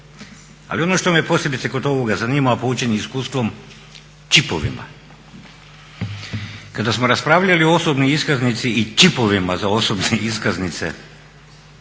Ali ono što me posebice kod ovoga zanima, a poučen iskustvom čipovima. Kada smo raspravljali o osobnoj iskaznici i čipovima za osobne iskaznice